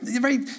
right